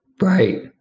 Right